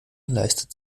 leistet